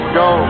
go